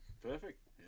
perfect